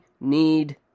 need